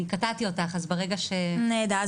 קטעתי אותך אז ברגע ש- -- נהדר.